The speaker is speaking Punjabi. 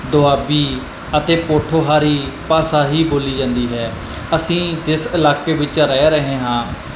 ਦੁਆਬੀ ਅਤੇ ਪੋਠੋਹਾਰੀ ਭਾਸ਼ਾ ਹੀ ਬੋਲੀ ਜਾਂਦੀ ਹੈ ਅਸੀਂ ਜਿਸ ਇਲਾਕੇ ਵਿੱਚ ਰਹਿ ਰਹੇ ਹਾਂ